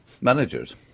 managers